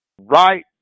right